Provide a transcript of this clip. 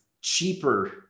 cheaper